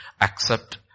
accept